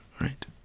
right